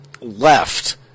left